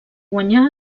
guanyà